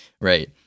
right